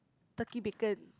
turkey bacon